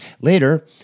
Later